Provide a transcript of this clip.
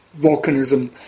volcanism